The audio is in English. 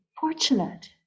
fortunate